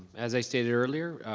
as i stated earlier,